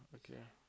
okay